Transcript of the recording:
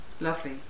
lovely